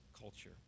culture